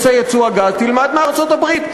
בנושא ייצוא הגז תלמד מארצות-הברית.